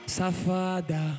Safada